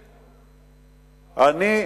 נו,